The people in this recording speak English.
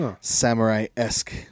samurai-esque